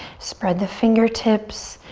spread the fingertips.